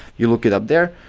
you look it up there.